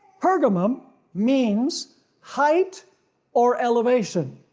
pergamum means height or elevation,